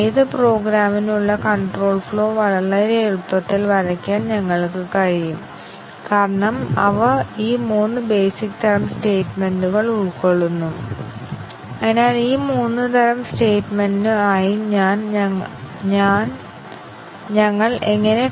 ഇവിടെ ആവശ്യമായ ടെസ്റ്റ് കേസുകളുടെ എണ്ണം ആറ്റോമിക് അവസ്ഥകളുടെ എണ്ണത്തേക്കാൾ ഇരട്ടിയെങ്കിലും ആയിരിക്കും അതിനാൽ ഇത് 2n പോലെയല്ല അത് 2n അല്ലെങ്കിൽ അതിനടുത്തായിരിക്കും എന്ന് നമുക്ക് പറയാൻ കഴിയും